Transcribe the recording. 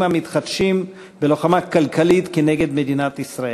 המתחדשים בלוחמה כלכלית נגד מדינת ישראל.